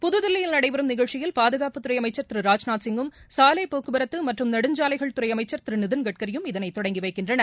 புதுதில்லியில் நடைபெறும் நிகழ்ச்சியில் பாதுகாப்புத்துறை அமைச்சா் திரு ராஜ்நாத்சிங்கும் சாலை போக்குவரத்து மற்றும் நெடுஞ்சாலைகள் துறை அமைச்ச் திரு நிதின் கட்கியும் இதளை தொடங்கி வைக்கின்றனர்